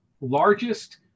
largest